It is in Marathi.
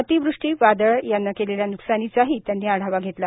अतिवृष्टी वादळ याने केलेल्या न्कसानीचाही त्यांनी आढावा घेतला